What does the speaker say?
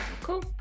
cool